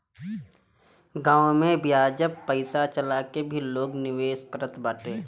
गांव में बियाज पअ पईसा चला के भी लोग निवेश करत बाटे